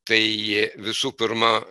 tai visų pirma